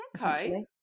Okay